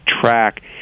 track